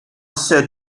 sir